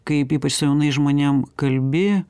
kaip ypač su jaunais žmonėm kalbi